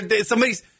Somebody's